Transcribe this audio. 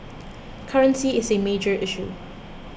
currency is a major issue